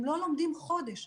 הם לא לומדים חודש.